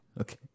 Okay